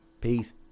Peace